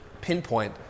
pinpoint